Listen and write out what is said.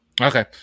Okay